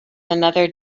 another